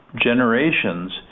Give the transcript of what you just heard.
generations